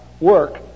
work